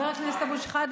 שאילתה ראשונה,